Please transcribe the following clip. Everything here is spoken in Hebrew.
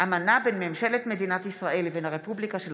אמנה בין ממשלת מדינת ישראל לבין הרפובליקה של